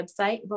website